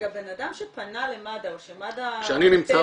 אדם שפנה למד"א או שמד"א --- אני אסביר,